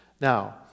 Now